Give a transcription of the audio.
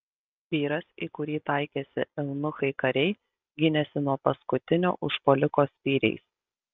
vyras į kurį taikėsi eunuchai kariai gynėsi nuo paskutinio užpuoliko spyriais